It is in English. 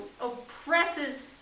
oppresses